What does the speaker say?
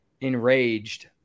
enraged